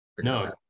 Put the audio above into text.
no